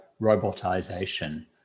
robotization